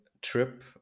trip